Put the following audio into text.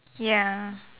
ya